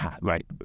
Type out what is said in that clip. right